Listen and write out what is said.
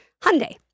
Hyundai